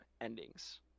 endings